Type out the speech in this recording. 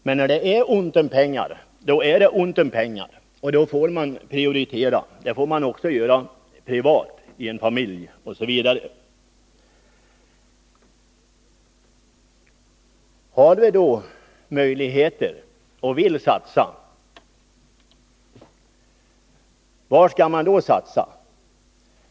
Men när det är ont om pengar är det ont om pengar, och då får man prioritera; det måste man också göra privat, i en familj osv. Har man möjligheter och vilja att satsa, var skall man då göra det?